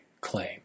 claim